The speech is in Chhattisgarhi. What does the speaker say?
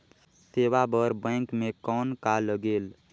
सेवा बर बैंक मे कौन का लगेल?